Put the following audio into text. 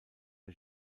der